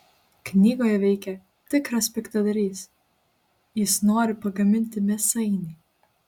knygoje veikia tikras piktadarys jis nori pagaminti mėsainį